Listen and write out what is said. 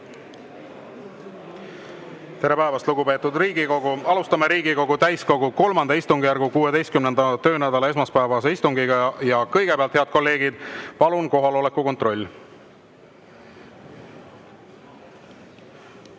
Tere päevast, lugupeetud Riigikogu! Alustame Riigikogu täiskogu III istungjärgu 16. töönädala esmaspäevast istungit. Kõigepealt, head kolleegid, kohaloleku kontroll,